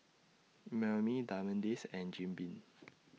Mimeo Diamond Days and Jim Beam